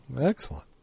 Excellent